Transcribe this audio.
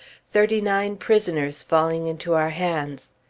thirty-nine prisoners falling into our hands.